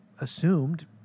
assumed